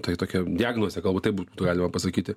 tai tokia diagnozė galbūt taip būtų galima pasakyti